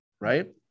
right